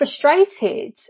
frustrated